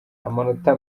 amanota